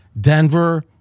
Denver